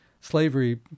slavery